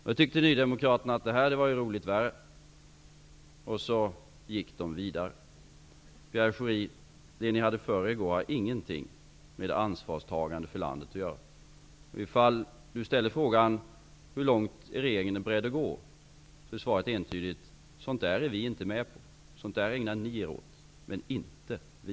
Nydemokraterna tyckte att det här var roligt värre, och så gick det vidare. Pierre Schori, det ni hade för er i går hade ingenting med ansvarstagande för landet att göra. Frågan gällde hur långt regeringen är beredd att gå. Svaret är entydigt: Sådant där är vi inte med på. Sådant där ägnade ni er åt, men det gör inte vi.